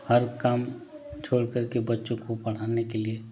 हर काम छोड़कर के बच्चों को पढ़ाने के लिए